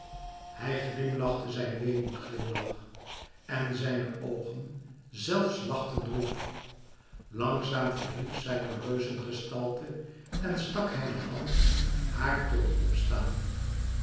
hij glimlachte zijn weemoedglimlach en zijne oogen zelfs lachten droef langzaam verhief zijne reuzengestalte en stak hij de hand haar tot op